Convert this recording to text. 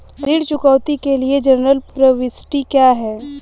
ऋण चुकौती के लिए जनरल प्रविष्टि क्या है?